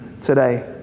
today